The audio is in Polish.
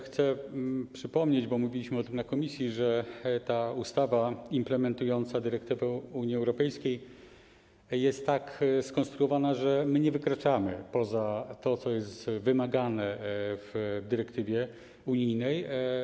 Chcę przypomnieć, bo mówiliśmy o tym na posiedzeniu komisji, że ustawa implementująca dyrektywę Unii Europejskiej jest tak skonstruowana, że nie wykraczamy poza to, co jest wymagane w dyrektywie unijnej.